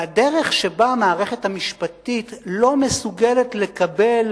והדרך שבה המערכת המשפטית לא מסוגלת לקבל,